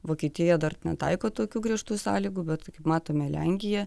vokietija dar netaiko tokių griežtų sąlygų bet kaip matome lenkija